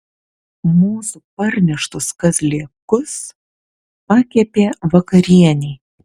mūsų parneštus kazlėkus pakepė vakarienei